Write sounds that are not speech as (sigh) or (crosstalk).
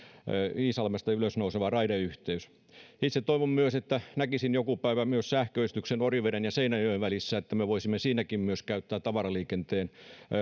(unintelligible) iisalmesta ylös nouseva raideyhteys (unintelligible) (unintelligible) (unintelligible) itse toivon myös että näkisin joku päivä sähköistyksen myös oriveden ja seinäjoen välissä että me voisimme sielläkin käyttää tavaraliikenteeseen